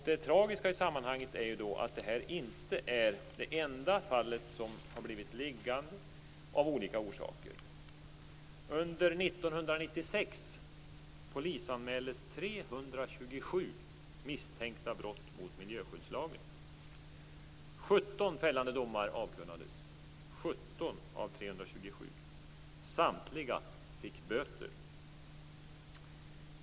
Det tragiska i sammanhanget är ju att detta inte är det enda fallet som har blivit liggande av olika orsaker. - 17 av 327. Samtliga fick böter.